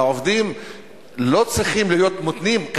העובדים לא צריכים להיות מותנים,